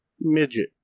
midget